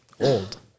old